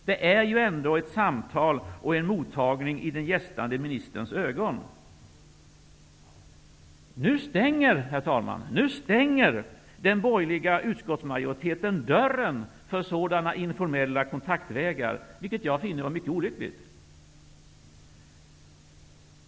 Det är ju ändå i den gästande ministerns ögon ett samtal och en mottagning! Herr talman! Nu stänger den borgerliga utskottsmajoriteten dörren för sådana informella kontaktvägar, vilket jag finner mycket olyckligt.